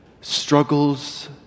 struggles